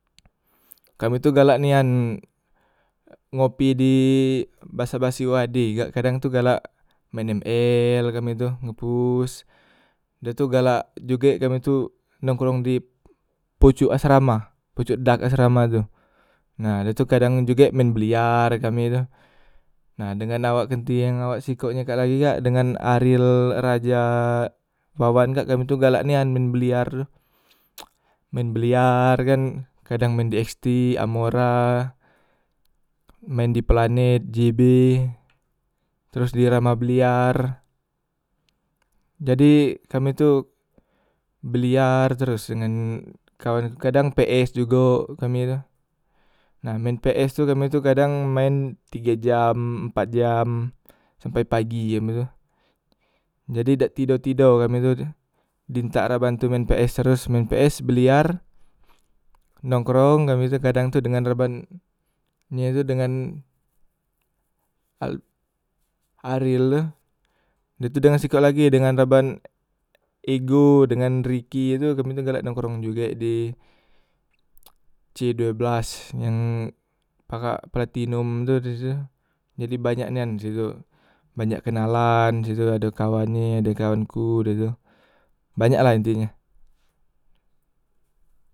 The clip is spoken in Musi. kami tu galak nian ngopi di basa basi uad kak kadang tu galak maen ml kami tu ngepush, dah tu galak jugek kami tu nongkrong di pocok asrama pocok dag asrama tu, nah dah tu kadang jugek maen biliar e kami tu, nah dengan awak kenti yang awak sikok yang kak tadi kak dengan aril, raja, wawan kak kami tu galak nian maen biliar tu maen biliar kan, kadang maen di xt, amora, maen di planet, jb, tros di rama biliar, jadi kami tu biliar tros dengan kawan ku kadang ps jugok kami tu, nah maen ps tu kadang kami tu maen tige jam empat jam sampai pagi jam itu, jadi dak tido tido kami tu di ntak raban tu maen ps tros maen ps, biliar, nongkrong kami tu kadang dengan reban nye tu dengan ar aril tu, dah tu dengan sikok lagi dengan raban ego dengan riki tu kami tu galak nongkrong jugek di c due blas yang parak platinum tu de tu, jadi banyak nian disitu banyak kenalan situ ado kawannye ada kawanku de tu, banyak lah intinye.